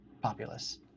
populace